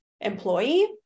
employee